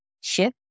shift